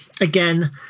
again